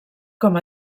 com